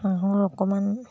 হাঁহৰ অকণমান